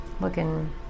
looking